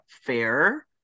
fair